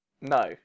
No